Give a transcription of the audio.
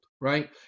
right